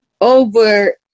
over